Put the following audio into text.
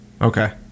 okay